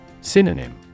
Synonym